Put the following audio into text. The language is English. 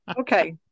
Okay